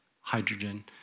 hydrogen